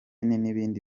n’ibindi